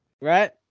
Right